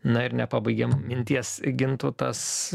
na ir nepabaigėm minties gintautas